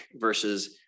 versus